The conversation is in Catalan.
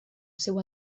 seu